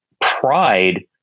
pride